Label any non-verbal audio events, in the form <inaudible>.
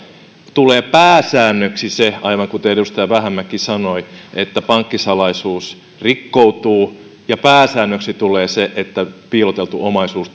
tulee pääsäännöksi se aivan kuten edustaja vähämäki sanoi että pankkisalaisuus rikkoutuu ja pääsäännöksi tulee se että piiloteltu omaisuus <unintelligible>